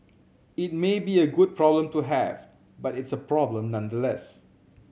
it may be a good problem to have but it's a problem nevertheless